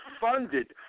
funded